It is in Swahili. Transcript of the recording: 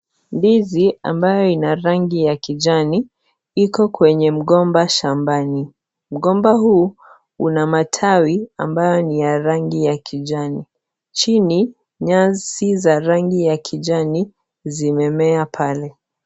Ndizi ambayo ina rangi ya kijani, iko kwenye mgomba shambani. Mgomba huu, una matawi, ambayo ni ya rangi ya kijani. Chini, nyasi za rangi ya kijani, zimemea pale.